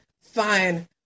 fine